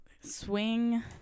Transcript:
swing